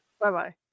Bye-bye